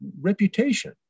reputation